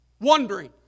Wondering